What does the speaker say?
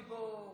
אוסאמה וטיבי.